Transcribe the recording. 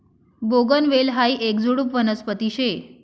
बोगनवेल हायी येक झुडुप वनस्पती शे